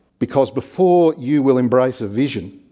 because before you will embrace a vision,